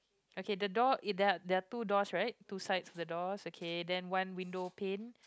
okay the door eh there are there are two doors right two sides of the doors okay then one window pane